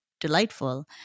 delightful